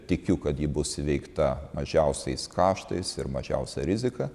tikiu kad ji bus įveikta mažiausiais kaštais ir mažiausia rizika